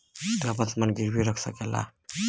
तू आपन समान गिर्वी रख सकला